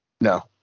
No